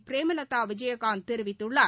பிரேமலதா விஜயகாந்த் தெரிவித்துள்ளார்